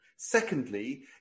Secondly